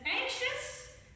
anxious